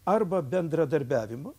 arba bendradarbiavimo